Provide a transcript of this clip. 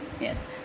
Yes